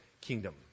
kingdom